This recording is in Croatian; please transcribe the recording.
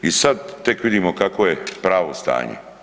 I sad tek vidimo kakvo je pravo stanje.